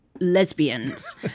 lesbians